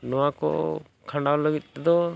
ᱱᱚᱣᱟ ᱠᱚ ᱠᱷᱟᱱᱰᱟᱣ ᱞᱟᱹᱜᱤᱫ ᱛᱮᱫᱚ